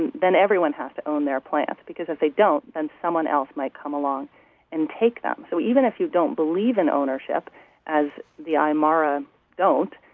and then everyone has to own their plants because if they don't, then someone else might come along and take them. so even if you don't believe in ownership as the aymara don't,